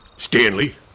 Stanley